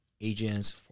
agents